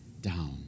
down